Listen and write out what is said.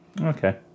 Okay